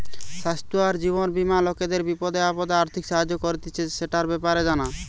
স্বাস্থ্য আর জীবন বীমা লোকদের বিপদে আপদে আর্থিক সাহায্য করতিছে, সেটার ব্যাপারে জানা